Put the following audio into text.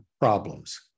problems